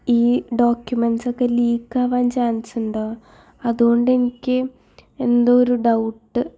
ഈ ഡോക്യുമെൻ്റ്സ് ഒക്കെ ലീക്കാവാൻ ചാൻസ് ഉണ്ടോ അതുകൊണ്ടെനിക്ക് എന്തൊ ഒരു ഡൌട്ട്